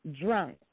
Drunk